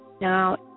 Now